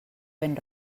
ben